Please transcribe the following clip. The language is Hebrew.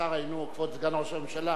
כבוד השר, כבוד סגן ראש הממשלה,